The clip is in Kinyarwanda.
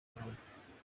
nkana